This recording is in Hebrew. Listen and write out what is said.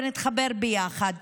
ונתחבר ביחד.